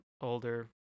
older